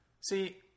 See